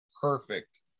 perfect